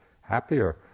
happier